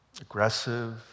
aggressive